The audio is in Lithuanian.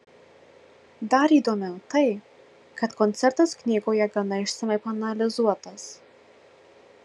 dar įdomiau tai kad koncertas knygoje gana išsamiai paanalizuotas